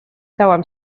dałam